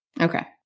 Okay